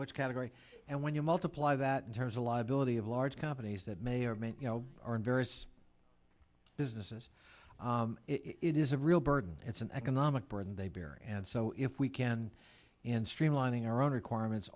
which category and when you multiply that in terms a liability of large companies that may or may you know are in various businesses it is a real burden it's an economic burden they bear and so if we can and streamlining our own requirements